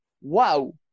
wow